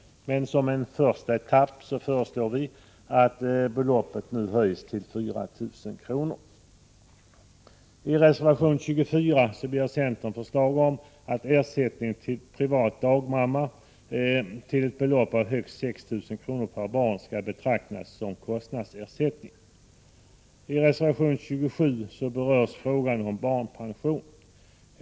Men som en första etapp föreslår vi att beloppet nu höjs till 4 000 kr. I reservation 27 berörs frågan om barnpension.